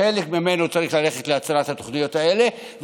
וחלק ממנו צריך ללכת להצלת התוכניות האלה,